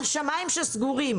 על שמיים סגורים.